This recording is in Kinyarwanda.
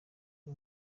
uwo